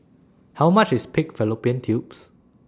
How much IS Pig Fallopian Tubes